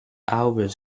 albert